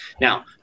Now